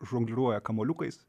žongliruoja kamuoliukais